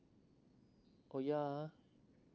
oh yeah ah